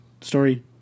story